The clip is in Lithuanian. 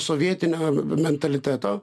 sovietinio mentaliteto